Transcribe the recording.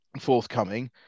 forthcoming